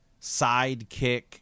sidekick